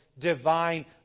divine